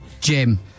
Jim